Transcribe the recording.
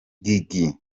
gigi